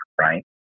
right